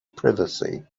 privacy